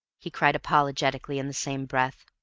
he cried apologetically in the same breath.